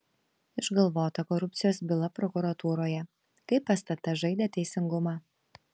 išgalvota korupcijos byla prokuratūroje kaip stt žaidė teisingumą